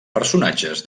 personatges